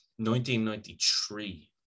1993